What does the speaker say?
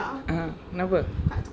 ah kenapa